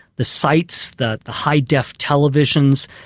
the sites, the the hi def televisions,